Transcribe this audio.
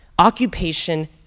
Occupation